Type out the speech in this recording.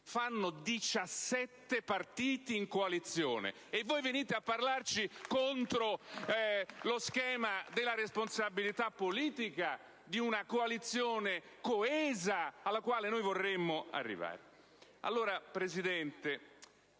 Astore)*. E proprio voi venite a parlarci contro lo schema della responsabilità politica di una coalizione coesa alla quale noi vorremmo arrivare?